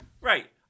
right